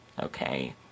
Okay